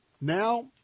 Now